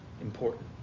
important